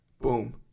Boom